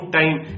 time